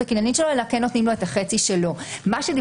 מה שדיברו על עיקול זה לא משהו חדש בחוק הזה,